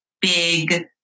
big